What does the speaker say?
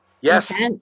Yes